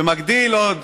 ומגדיל עוד